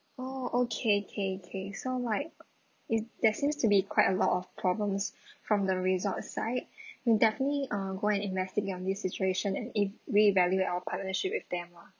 oh okay okay okay so like it there seems to be quite a lot of problems from the resort side we definitely uh go and investigate on this situation and if reevaluate our partnership with them lah